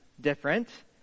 different